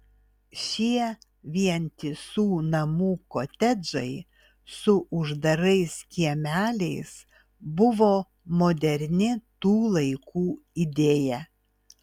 šie vientisų namų kotedžai su uždarais kiemeliais buvo moderni tų laikų idėja